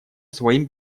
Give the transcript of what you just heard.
своим